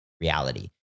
reality